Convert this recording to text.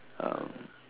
um